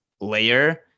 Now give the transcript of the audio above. layer